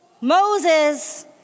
Moses